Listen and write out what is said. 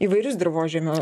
įvairius dirvožemio